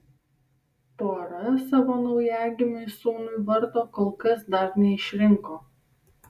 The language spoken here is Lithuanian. pora savo naujagimiui sūnui vardo kol kas dar neišrinko